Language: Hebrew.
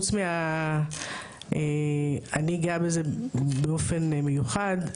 אני גם באופן מיוחד,